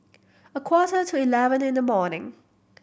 a quarter to eleven in the morning